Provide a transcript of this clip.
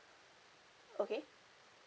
okay